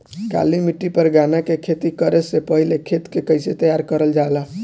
काली मिट्टी पर गन्ना के खेती करे से पहले खेत के कइसे तैयार करल जाला?